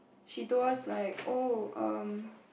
she told us like oh um